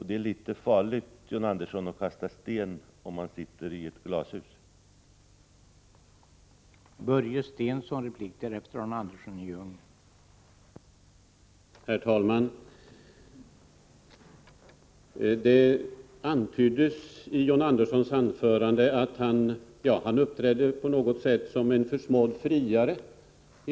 Det är litet farligt att kasta sten när man sitter i glashus, John Andersson.